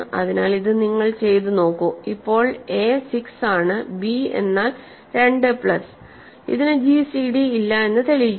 അതിനാൽഇത് നിങ്ങൾ ചെയ്ത് നോക്കു ഇപ്പോൾ എ 6 ആണ് ബി എന്നാൽ 2 പ്ലസ്ഇതിനു gcd ഇല്ല എന്ന് തെളിയിക്കുക